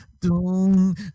Doom